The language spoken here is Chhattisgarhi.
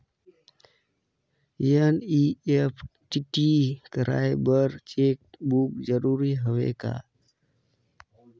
एन.ई.एफ.टी कराय बर चेक बुक जरूरी हवय का?